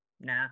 Nah